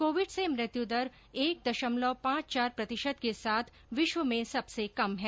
Covid से मृत्यु दर एक दशमलव पांच चार प्रतिशत के साथ विश्व में सबसे कम है